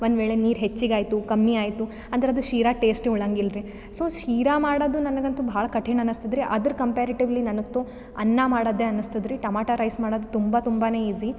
ಒಂದುವೇಳೆ ನೀರು ಹೆಚ್ಗೆ ಆಯಿತು ಕಮ್ಮಿ ಆಯಿತು ಅಂದ್ರೆ ಅದು ಶೀರ ಟೇಸ್ಟಿ ಉಳ್ಳಂಗಿಲ್ರಿ ಸೊ ಶೀರಾ ಮಾಡೋದು ನನಗಂತು ಭಾಳ ಕಠಿಣ್ ಅನಿಸ್ತದ್ರಿ ಅದ್ರ ಕಂಪಾರಿಟಿವ್ಲಿ ನನಗ್ತು ಅನ್ನ ಮಾಡೋದೆ ಅನ್ನಿಸ್ತದ್ರಿ ಟಮಾಟ ರೈಸ್ ಮಾಡೋದು ತುಂಬ ತುಂಬಾ ಈಜಿ